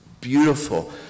beautiful